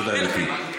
תודה, גברתי.